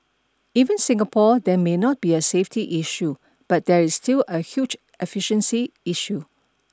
even Singapore there may not be a safety issue but there is still a huge efficiency issue